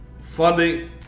Funding